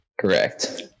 Correct